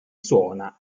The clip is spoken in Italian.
suona